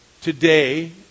today